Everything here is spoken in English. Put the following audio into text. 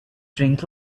drink